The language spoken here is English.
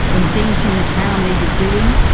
when things in the town needed doing,